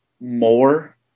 more